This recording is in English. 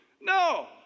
No